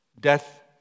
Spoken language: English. death